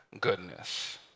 goodness